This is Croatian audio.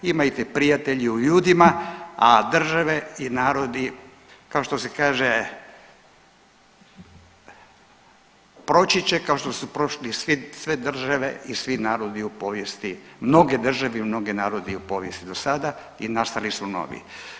Imajte prijatelje u ljudima, a države i narodi kao što se kaže proći će kao što su prošli sve države i svi narodi u povijesti mnoge države i mnogi narodi u povijesti do sada i nastali su novi.